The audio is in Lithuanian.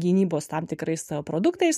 gynybos tam tikrais produktais